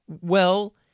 Well—